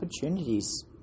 opportunities